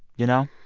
you know?